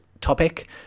topic